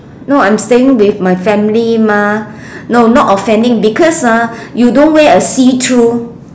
no I'm staying with my family mah no not offending because ah you don't wear a see through